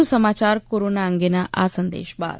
વધુ સમાચાર કોરોના અંગેના આ સંદેશ બાદ